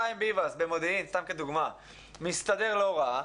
אם חיים ביבס במודיעין, סתם כדוגמה, מסתדר לא רע,